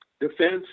Defense